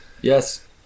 Yes